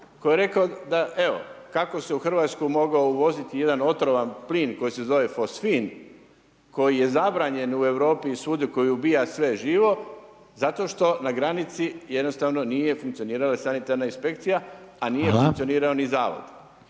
Koji je rekao da evo kako se u hrvatsku mogao uvoziti jedan otrovan plin koji se zove fosfin koji je zabranjen u Europi i svugdje koji ubija sve živo zato što na granici jednostavno nije funkcionirala sanitarna inspekcija, a nije funkcionirao ni Zavod.